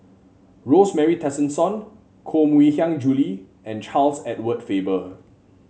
Rosemary Tessensohn Koh Mui Hiang Julie and Charles Edward Faber